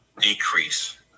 decrease